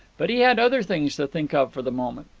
but he had other things to think of for the moment.